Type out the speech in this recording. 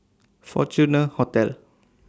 Fortuna Hotel